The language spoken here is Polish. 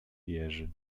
jerzy